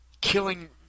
killing